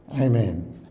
Amen